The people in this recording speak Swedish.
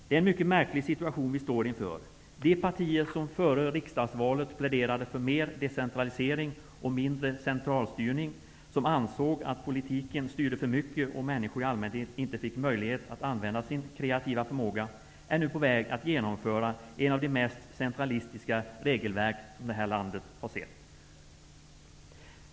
Det är en mycket märklig situation vi står inför. De partier som före riksdagsvalet pläderade för mer decentralisering och mindre centralstyrning och som ansåg att politiken styrde för mycket och att människor i allmänhet inte fick möjlighet att använda sin kreativa förmåga, är nu på väg att genomföra ett av de mest centralistiska regelverk som det här landet har sett.